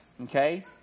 Okay